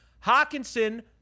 Hawkinson